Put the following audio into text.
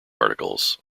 articles